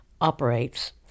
operates